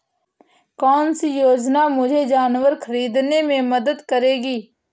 कौन सी योजना मुझे जानवर ख़रीदने में मदद करेगी?